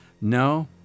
no